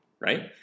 right